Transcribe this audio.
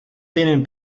tienen